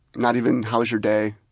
not even how was your day?